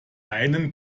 einen